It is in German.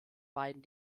beiden